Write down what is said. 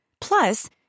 Plus